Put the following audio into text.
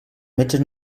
metges